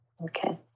Okay